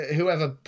Whoever